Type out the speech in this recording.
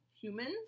humans